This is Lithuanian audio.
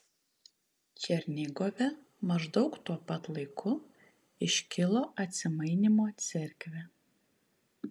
černigove maždaug tuo pat laiku iškilo atsimainymo cerkvė